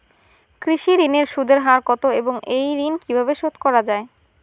কৃষি ঋণের সুদের হার কত এবং এই ঋণ কীভাবে শোধ করা য়ায়?